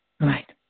Right